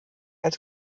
als